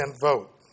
vote